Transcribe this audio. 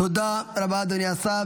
תודה רבה, אדוני השר.